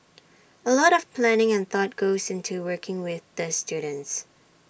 A lot of planning and thought goes into working with these students